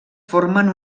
formen